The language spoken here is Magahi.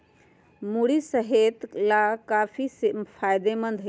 मूरी सेहत लाकाफी फायदेमंद हई